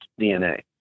DNA